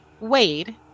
Wade